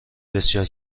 بسیار